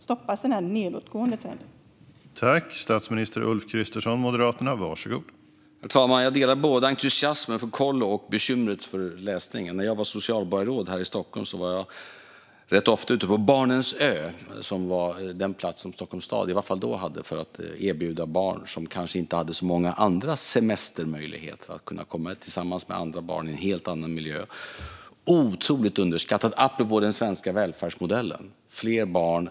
Denna nedåtgående trend måste ju stoppas.